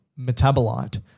metabolite